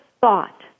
thought